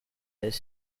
does